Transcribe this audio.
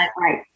Right